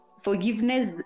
forgiveness